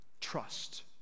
trust